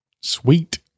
Sweet